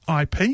IP